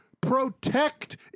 Protect